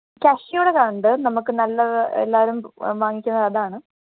കസ്സിയോടേത് ഉണ്ട് നമുക്ക് നല്ലത് എല്ലാവരും വാങ്ങിക്കുന്നത് അതാണ്